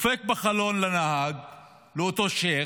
דופק לנהג בחלון, לאותו שייח'.